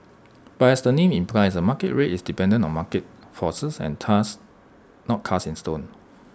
but as the name implies A market rate is dependent on market forces and thus not cast in stone